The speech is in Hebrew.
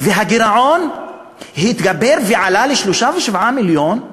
והגירעון התגבר ועלה ל-37 מיליון,